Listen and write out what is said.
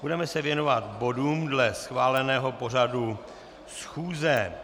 Budeme se věnovat bodům dle schváleného pořadu schůze.